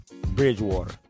Bridgewater